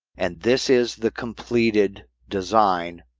and this is the completed design,